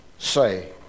say